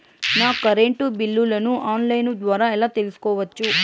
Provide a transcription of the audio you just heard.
నా కరెంటు బిల్లులను online ద్వారా ఎలా తెలుసుకోవచ్చు?